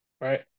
right